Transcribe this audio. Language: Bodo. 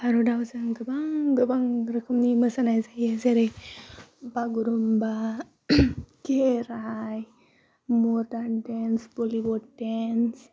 भारतआव जों गोबां गोबां रोखोमनि मोसानाय जायो जेरै बागुरुम्बा खेराइ मदार्न देन्स बलिइड देन्स